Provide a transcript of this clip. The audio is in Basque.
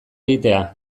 egitea